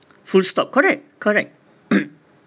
fullstop correct correct